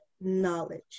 knowledge